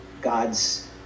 God's